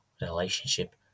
relationship